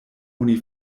oni